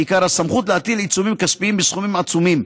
ובעיקר הסמכות להטיל עיצומים כספיים בסכומים עצומים.